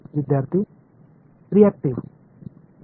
மாணவர் எதிர்வினை